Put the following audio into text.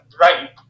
right